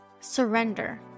surrender